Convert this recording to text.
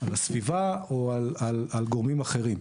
על הסביבה או על גורמים אחרים.